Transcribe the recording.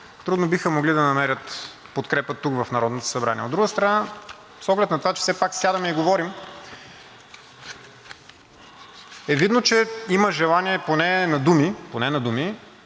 трудно биха могли да намерят подкрепа тук в Народното събрание. От друга страна, с оглед на това, че все пак сядаме и говорим, е видно, че има желание поне на думи